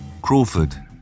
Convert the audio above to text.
Crawford